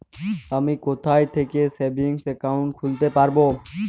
আমি কোথায় থেকে সেভিংস একাউন্ট খুলতে পারবো?